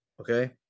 Okay